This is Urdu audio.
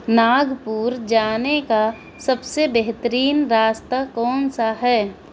ناگپور جانے کا سب سے بہترین راستہ کون سا ہے